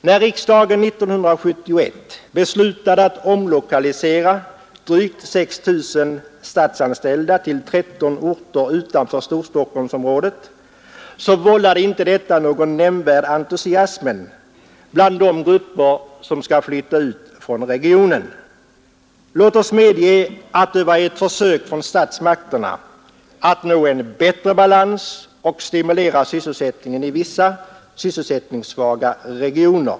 När riksdagen 1971 beslutade att omlokalisera drygt 6 000 statsanställda till 13 orter utanför Storstockholmsområdet, så vållade detta inte någon nämnvärd entusiasm bland de grupper som skulle flytta ut från regionen. Låt oss medge att det var ett försök från statsmakterna att nå en bättre balans och stimulera sysselsättningen i vissa, sysselsättningssvaga regioner.